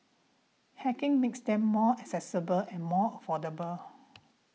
hacking makes them more accessible and more affordable